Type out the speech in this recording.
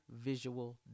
visual